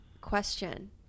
question